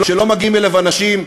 שלא מגיעים אליו אנשים,